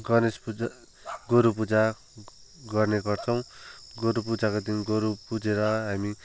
गणेश पुजा गोरु पुजा गर्ने गर्छौँ गोरु पुजाको दिन गोरु पुजेर हामी